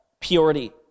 purity